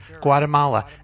Guatemala